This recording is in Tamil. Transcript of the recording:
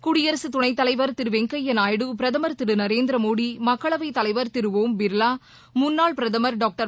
குடியரசு துணை தலைவர் திரு வெங்கையா நாயுடு பிரதமர் திரு நரேந்திர மோடி மக்களவை தலைவர் திரு ஒம் பிர்லா முன்னாள் பிரதமர் டாக்டர்